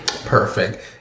Perfect